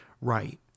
right